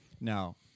Now